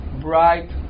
bright